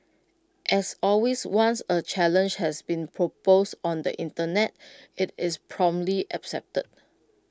as always once A challenge has been proposed on the Internet IT is promptly accepted